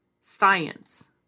Science